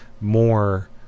more